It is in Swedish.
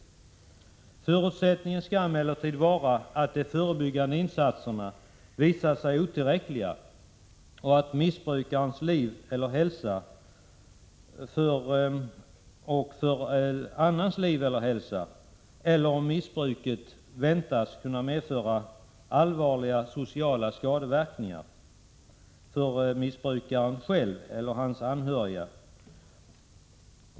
Förutsättningen skall emellertid vara att de förebyggande insatserna visat sig otillräckliga och att det föreligger fara för missbrukarens liv eller hälsa, eller annans liv eller hälsa, eller att missbruket väntas kunna medföra allvarliga sociala skadeverkningar för missbrukaren själv eller hans anhöriga.